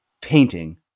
painting